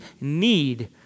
need